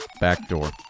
backdoor